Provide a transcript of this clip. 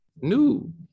new